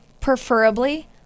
preferably